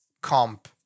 comp